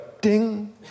ding